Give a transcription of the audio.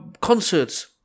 concerts